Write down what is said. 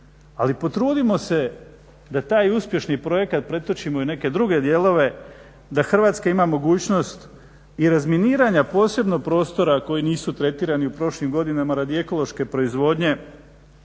Ali potrudimo se da taj uspješni projekat pretočimo i u neke druge dijelove da Hrvatska ima mogućnost i razminiranja posebno prostora koji nisu tretirani u prošlim godinama radi ekološke proizvodnje